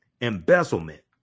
embezzlement